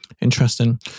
Interesting